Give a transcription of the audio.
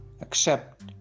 accept